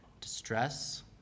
distress